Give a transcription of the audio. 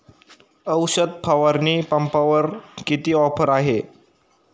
औषध फवारणी पंपावर किती ऑफर आहे?